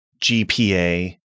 GPA